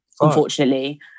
unfortunately